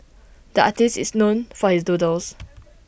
the artist is known for his doodles